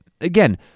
Again